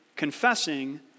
confessing